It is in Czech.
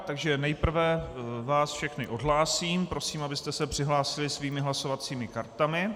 Takže nejprve vás všechny odhlásím, prosím, abyste se přihlásili svými hlasovacími kartami.